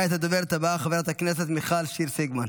כעת הדוברת הבאה, חברת הכנסת מיכל שיר סגמן.